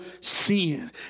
sin